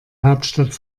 hauptstadt